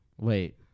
Wait